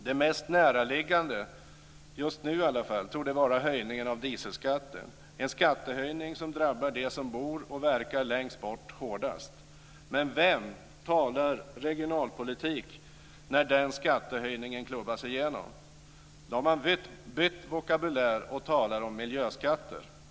Det mest näraliggande just nu torde vara höjningen av dieselskatten - en skattehöjning som drabbar dem som bor och verkar längst bort hårdast. Men vem talar regionalpolitik när den skattehöjningen klubbas igenom? Då har man bytt vokabulär och talar om miljöskatter.